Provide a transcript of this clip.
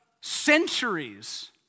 centuries